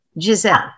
Giselle